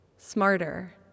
smarter